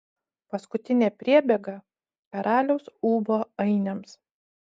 paskutinė priebėga karaliaus ūbo ainiams